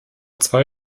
zwei